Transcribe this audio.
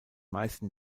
meisten